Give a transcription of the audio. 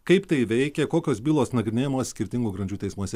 kaip tai veikia kokios bylos nagrinėjamos skirtingų grandžių teismuose